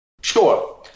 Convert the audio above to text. Sure